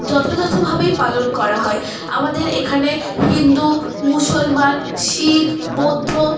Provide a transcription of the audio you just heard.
যথাযথ ভাবেই পালন করা হয় আমাদের এখানে হিন্দু মুসলমান শিখ বৌদ্ধ